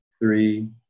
three